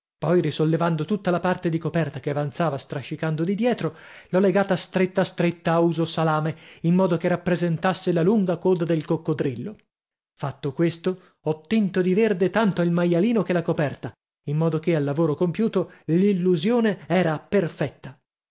poi risollevando tutta la parte di coperta che avanzava strascicando di dietro l'ho legata stretta stretta a uso salame in modo che rappresentasse la lunga coda del coccodrillo fatto questo ho tinto di verde tanto il maialino che la coperta in modo che a lavoro compiuto l'illusione era perfetta